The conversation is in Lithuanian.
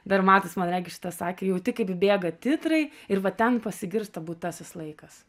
dar matas man regis šitą sakė jauti kaip bėga titrai ir va ten pasigirsta būtasis laikas